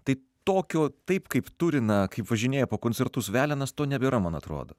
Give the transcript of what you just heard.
tai tokio taip kaip turina kaip važinėja po koncertus velenas to nebėra man atrodo